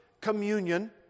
communion